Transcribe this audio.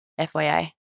FYI